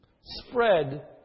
spread